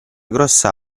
grossa